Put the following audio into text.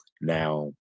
Now